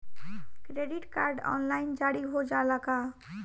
Credit card online जारी हो जाला का?